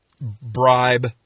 bribe